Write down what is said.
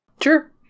Sure